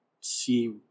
see